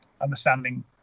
understanding